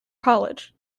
college